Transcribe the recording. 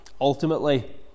ultimately